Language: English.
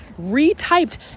retyped